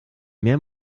mehr